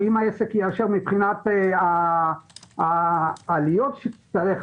גם מבחינת העסק והעלויות שיהיו,